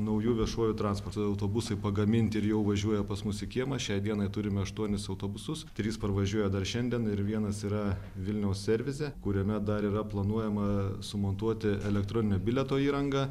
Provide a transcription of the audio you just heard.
nauju viešuoju transportu autobusai pagaminti ir jau važiuoja pas mus į kiemą šiai dienai turime aštuonis autobusus trys parvažiuoja dar šiandien ir vienas yra vilniaus servise kuriame dar yra planuojama sumontuoti elektroninio bilieto įrangą